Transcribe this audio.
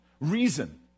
reason